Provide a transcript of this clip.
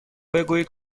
بگویید